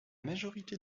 majorité